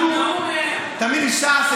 ככה אנחנו נסיים את